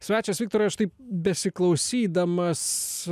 svečias viktorai aš taip besiklausydamas